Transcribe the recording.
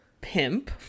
Pimp